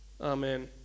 Amen